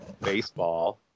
Baseball